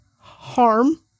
harm